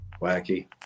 Wacky